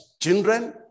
children